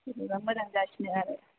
बिदिबा मोजां जासिनो आरो